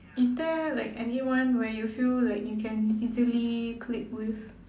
is there like anyone where you feel like you can easily click with